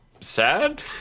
sad